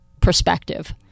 perspective